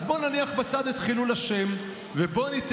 אז בוא נניח בצד את חילול השם,